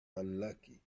unlucky